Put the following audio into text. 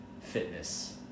fitness